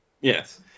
Yes